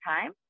time